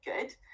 good